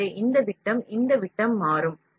எனவே இந்த விட்டம் இந்த விட்டம் மாறும்